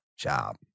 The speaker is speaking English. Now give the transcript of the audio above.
job